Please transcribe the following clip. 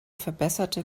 verbesserte